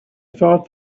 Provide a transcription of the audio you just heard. thought